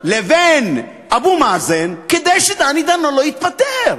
לבין אבו מאזן כדי שדני דנון לא יתפטר.